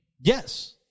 Yes